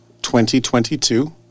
2022